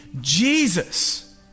Jesus